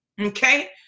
okay